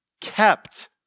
kept